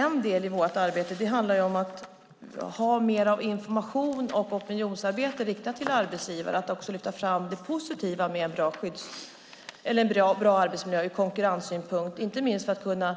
En del i vårt arbete handlar om att ha mer information och opinionsarbete riktat till arbetsgivare och att lyfta fram det positiva med en bra arbetsmiljö ur konkurrenssynpunkt. Det är inte minst viktigt när det gäller att kunna